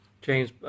James